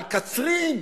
על קצרין